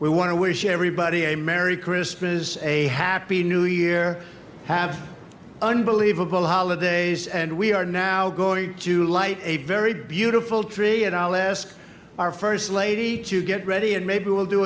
we want to wish everybody a merry christmas is a happy new year have unbelievable holidays and we are now going to light a very beautiful tree at all as our st lady to get ready and maybe we'll do